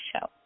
show